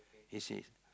it says